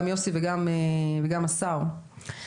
גם ליוסי וגם לכבוד השר.